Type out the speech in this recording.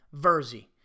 Verzi